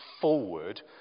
forward